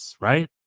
right